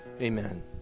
Amen